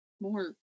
more